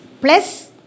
plus